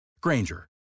Granger